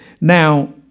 Now